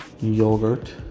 yogurt